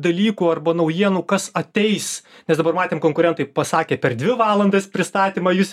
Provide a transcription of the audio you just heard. dalykų arba naujienų kas ateis nes dabar matėm konkurentai pasakė per dvi valandas pristatymą jus